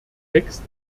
text